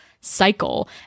cycle